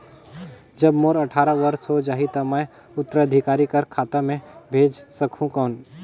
जब मोर अट्ठारह वर्ष हो जाहि ता मैं उत्तराधिकारी कर खाता मे भेज सकहुं कौन?